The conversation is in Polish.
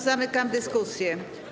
Zamykam dyskusję.